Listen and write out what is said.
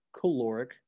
caloric